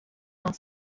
dans